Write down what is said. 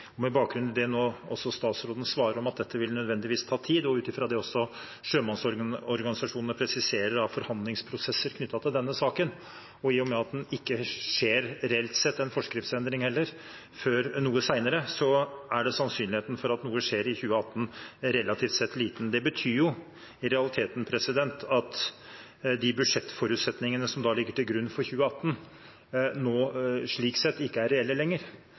Med bakgrunn i det som statsråden nå svarer, at dette nødvendigvis vil ta tid, og ut ifra det som sjømannsorganisasjonene presiserer om forhandlingsprosesser knyttet til denne saken, og i og med at det reelt sett ikke skjer en forskriftsendring før noe senere heller, er sannsynligheten for at noe skjer i 2018, relativt liten. Det betyr i realiteten at de budsjettforutsetningene som ligger til grunn for 2018, ikke er reelle lenger.